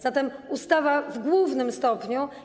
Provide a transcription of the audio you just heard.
Zatem ustawa w głównym stopniu.